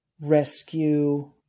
rescue